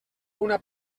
una